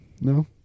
no